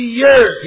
years